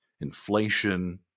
inflation